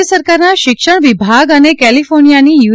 રાજ્ય સરકારના શિક્ષણ વિભાગ અને કેલીફોનીયાની યુ